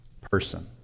person